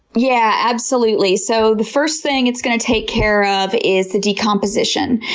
yeah, absolutely. so the first thing it's going to take care of is the decomposition.